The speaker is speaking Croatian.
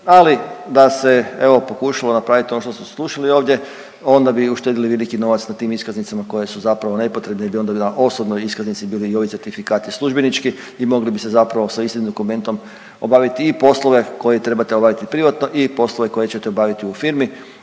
ali da se evo pokušalo napraviti ono što smo slušali ovdje onda bi uštedili veliki novac na tim iskaznicama koje su zapravo nepotrebne jer bi onda na osobnoj iskaznici bili i ovi certifikati službenički i mogli bi se zapravo sa istim dokumentom obaviti i poslove koje trebate obaviti privatno i poslove koje ćete obaviti u firmi,